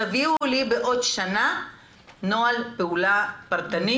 תביאו לי בעוד שנה נוהל פעולה פרטני,